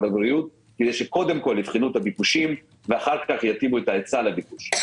הבריאות כדי שקודם כל יבחנו את הביקושים ואחר כך יתאימו את ההיצע לביקוש.